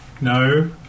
No